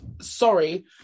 sorry